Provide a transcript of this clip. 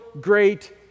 great